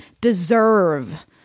deserve